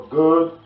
good